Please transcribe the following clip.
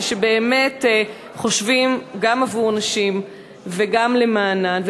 שבאמת חושבים גם עבור נשים וגם למענן.